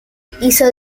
hizo